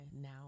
now